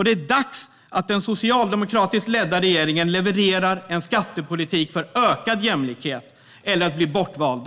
Det är dags att den socialdemokratiskt ledda regeringen levererar en skattepolitik för ökad jämlikhet - eller att den blir bortvald.